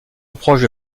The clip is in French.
reproches